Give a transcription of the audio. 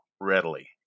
readily